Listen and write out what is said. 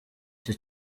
cyo